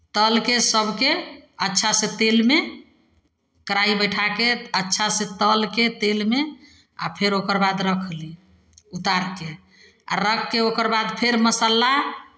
तलि कऽ सभकेँ अच्छासँ तेलमे कढ़ाइ बैठा कऽ अच्छासँ तलि कऽ तेलमे आ फेर ओकर बाद रखली उतारि कऽ आ रखि कऽ ओकर बाद फेर मसाला